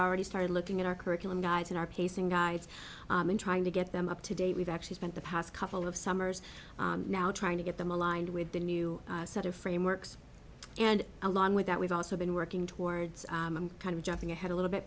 already started looking at our curriculum guides in our pacing guides and trying to get them up to date we've actually spent the past couple of summers now trying to get them aligned with the new set of frameworks and along with that we've also been working towards kind of jumping ahead a little bit